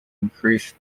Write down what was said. increase